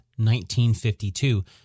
1952